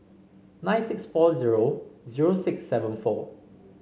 nine six four zero zero six seven four